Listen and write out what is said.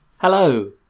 Hello